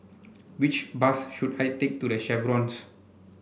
which bus should I take to The Chevrons